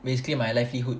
basically my livelihood